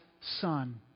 son